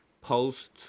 post